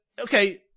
okay